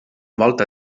volta